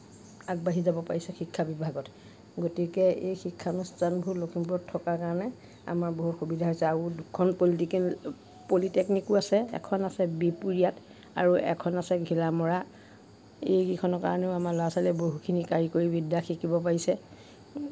আগবাঢ়ি যাব পাৰিছে শিক্ষা বিভাগত গতিকে এই শিক্ষানুষ্ঠানবোৰ লখিমপুৰত থকাৰ কাৰণে আমাৰ বহুত সুবিধা হৈছে আৰু দুখন পলিটিকেল পলিটেকনিকো আছে এখন আছে বিহপুৰীয়াত আৰু এখন আছে ঘিলামৰা এইকেইখনৰ কাৰণেও আমাৰ ল'ৰা ছোৱালীয়ে বহুতখিনি কাৰিকৰী বিদ্যা শিকিব পাৰিছে